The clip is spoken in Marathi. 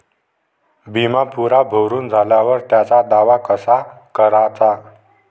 बिमा पुरा भरून झाल्यावर त्याचा दावा कसा कराचा?